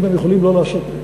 הם יכולים גם לא לעשות לי.